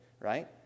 right